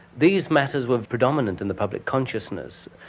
these matters were predominant in the public consciousness,